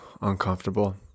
uncomfortable